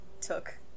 took